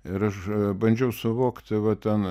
ir aš bandžiau suvokti va ten